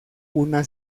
una